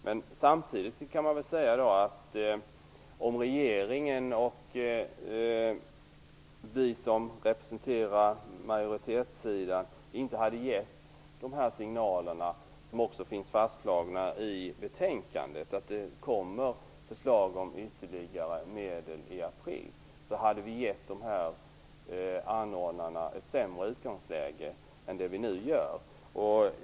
Men samtidigt kan man säga att om regeringen och vi som representerar majoritetssidan inte hade gett dessa signaler, som också finns fastslagna i betänkandet, att det kommer förslag om ytterligare medel i april, så hade vi gett dessa anordnare ett sämre utgångsläge än vi nu gör.